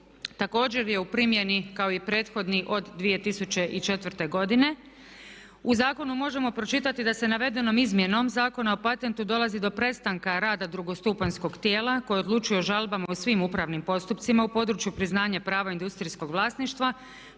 također je u primjeni kao i prethodni od 2004. godine. U zakonu možemo pročitati da se navedenom Izmjenom zakona o patentu dolazi do prestanka rada drugostupanjskog tijela koje odlučuje o žalbama u svim upravnim postupcima u području priznanja prava industrijskog vlasništva